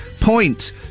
point